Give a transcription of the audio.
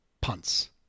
punts